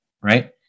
right